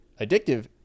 addictive